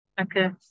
Okay